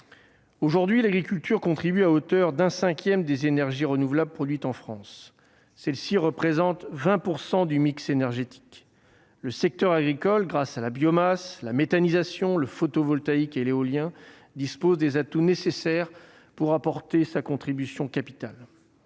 Aujourd'hui, l'agriculture contribue à hauteur d'un cinquième à la production d'énergies renouvelables en France, lesquelles représentent 20 % du mix énergétique. Le secteur agricole, grâce à la biomasse, à la méthanisation, au photovoltaïque et à l'éolien, dispose des atouts nécessaires pour apporter une contribution capitale.